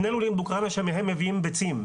שני לולים באוקראינה שמהם מביאים ביצים,